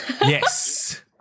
Yes